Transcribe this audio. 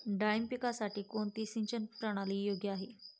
डाळिंब पिकासाठी कोणती सिंचन प्रणाली योग्य आहे?